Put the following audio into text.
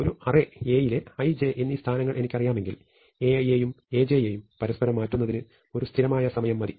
ഒരു അറേ Aയിലെ i j എന്നീ സ്ഥാനങ്ങൾ എനിക്കറിയാമെങ്കിൽ Ai യെയും Aj യും പരസ്പരം മാറ്റുന്നതിന് ഒരു സ്ഥിരമായ സമയം മതി